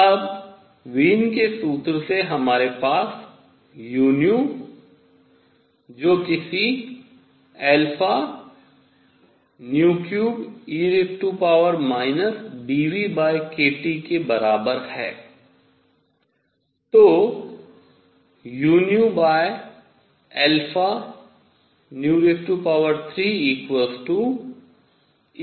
अब वीन के सूत्र से हमारे पास u जो किसी 3e βνkT के बराबर है